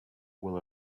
will